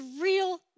real